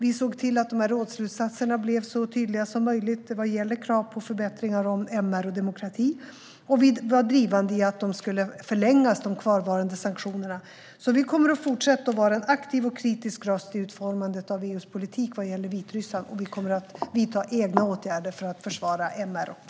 Vi såg till att de här rådsslutsatserna blev så tydliga som möjligt vad gäller krav på förbättringar rörande MR och demokrati, och vi var drivande gällande att de kvarvarande sanktionerna skulle förlängas. Vi kommer att fortsätta att vara en aktiv och kritisk röst i utformandet av EU:s politik vad gäller Vitryssland, och vi kommer att vidta egna åtgärder för att försvara MR och demokrati.